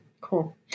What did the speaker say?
Cool